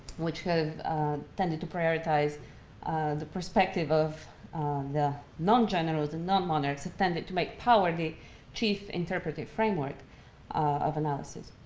which have tended to prioritize the perspective of the non-generals and non-monarchs have tended to make power the chief interpretive framework of analysis.